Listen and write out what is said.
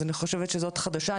אני חושבת שזאת חדשה,